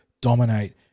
dominate